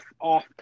off